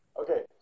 Okay